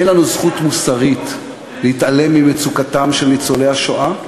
אין לנו זכות מוסרית להתעלם ממצוקתם של ניצולי השואה,